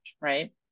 right